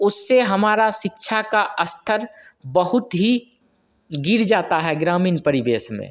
उससे हमारा शिक्षा का स्तर बहुत ही गिर जाता है ग्रामीण परिवेश में